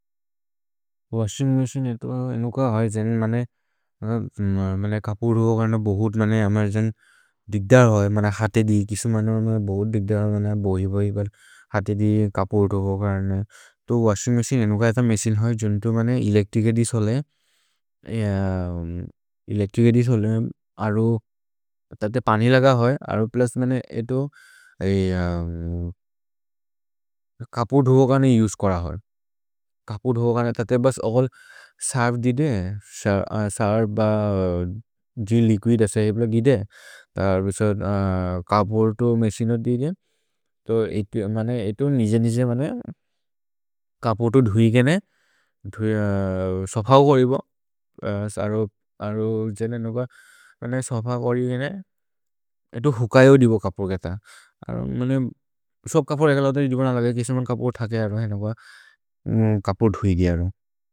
Washing machine एतो अनुक है जेन् मने कपुर् धोबो कर्ने बहुत् मने अमर् जेन् दिद्दर् होइ मन हते दि किसु मने बहुत् दिद्दर् होइ मने बहि बहि पर् हते दि कपुर् धोबो कर्ने। तो वशिन्ग् मछिने अनुक एत मछिने होइ जेन्तु मने एलेच्त्रिच् एदिस् होले, एलेच्त्रिच् एदिस् होले अरु तते पानि लग होइ अरु प्लुस् मने एतो कपुर् धोबो कर्ने उसे कोर होइ। कपुर् धोबो कर्ने तते बस् अल्ल् सेर्वे दिद्दे, सेर्वे ब जे लिकुइद् अस है एप्ल गिद्दे, कपुर् तो मछिने होइ दिद्दे, एतो निज निज मने कपुर् तो धुइ केने सोफओ करिबो। अरु जेन अनुक सोफओ करिबो केने एतो हुकयो दिबो कपुर् केत। मने सोफओ कपुर् एक्ल उतरि जुबन लग है किसु मने कपुर् थके अरु है अनुक कपुर् धुइ धि अरु।